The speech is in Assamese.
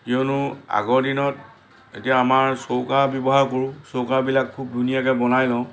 কিয়নো আগৰ দিনত এতিয়া আমাৰ চৌকা ব্যৱহাৰ কৰোঁ চৌকাবিলাক খুব ধুনীয়াকৈ বনাই লওঁ